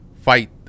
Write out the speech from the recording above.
fight